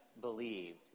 believed